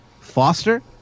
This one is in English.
Foster